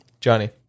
Johnny